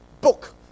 Book